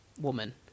woman